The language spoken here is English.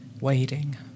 waiting